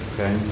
Okay